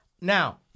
Now